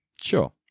Sure